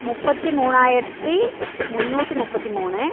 முப்பத்து மூணாயிரத்து முந்நூற்றி முப்பத்து மூணு